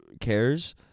cares